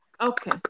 okay